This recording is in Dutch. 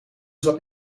zat